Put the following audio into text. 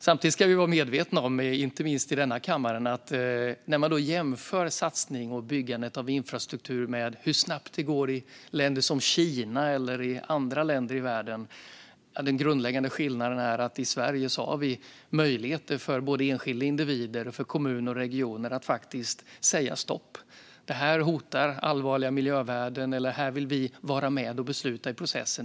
När vi jämför med hur snabbt det går i länder som Kina eller andra länder i världen när det gäller satsning på och byggande av infrastruktur ska vi, inte minst i denna kammare, vara medvetna om att den grundläggande skillnaden är att vi i Sverige har möjligheter både för enskilda individer och för kommuner och regioner att säga stopp för att miljövärden allvarligt hotas eller för att de vill vara med och besluta i processen.